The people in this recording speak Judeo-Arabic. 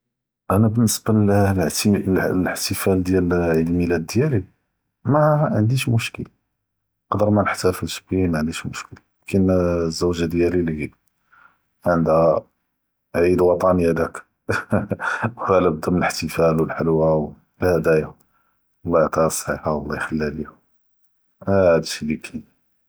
אנא באלניסבה ללהח’תפאל דיאל אלעיד מילאד דיאלי מאאא ענדיש מושאקל קאדר מנחתפאלש ביה מאענדיש מושאקל, כימא אלזוגה דיאלי לי ענדה עיד ואטני הדאק חהה דירלנא ח’תפאל ואלחלווה והדהאיה אללה יעטיהא אססה ויח’ליהא ליא, הד ש’י לאקאין.